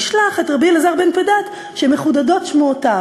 נשלח את רבי אלעזר בן פדת, שמחודדות שמועותיו.